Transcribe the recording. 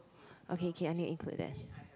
okay okay I need include that